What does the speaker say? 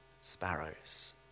sparrows